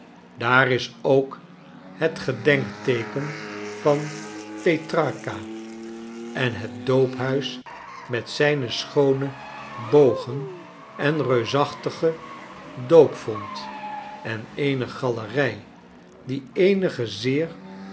daar is ook het gedenkteeken van petrarcha en het doophuis met zijne schoone bogen en reusachtige doopvont en eene galerij die eenige zeer